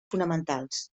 fonamentals